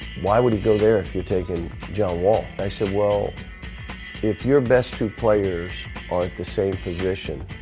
why would he go there if you're taking john wall? i said well if your best two players are at the same position,